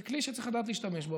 זה כלי שצריך לדעת להשתמש בו,